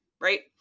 right